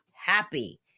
happy